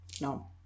No